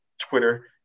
Twitter